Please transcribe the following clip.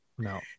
No